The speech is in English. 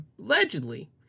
allegedly